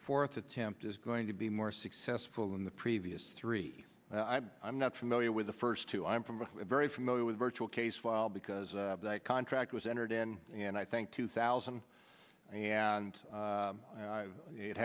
fourth attempt is going to be more successful than the previous three i'm not familiar with the first two i'm from very familiar with virtual case file because that contract was entered in and i think two thousand and